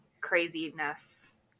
craziness